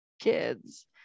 kids